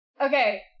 Okay